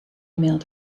mailed